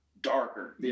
darker